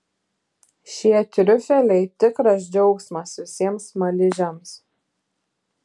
šie triufeliai tikras džiaugsmas visiems smaližiams